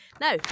Now